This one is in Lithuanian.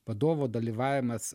vadovo dalyvavimas